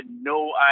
no